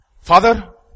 Father